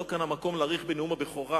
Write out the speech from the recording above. לא כאן המקום להאריך בנאום הבכורה